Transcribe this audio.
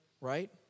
Right